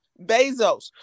Bezos